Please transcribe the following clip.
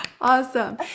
Awesome